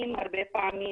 מצליחים הרבה פעמים